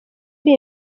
iri